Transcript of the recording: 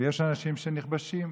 ויש אנשים שנכבשים,